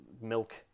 milk